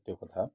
ସେ କଥା